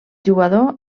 jugador